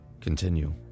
continue